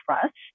trust